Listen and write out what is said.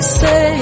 say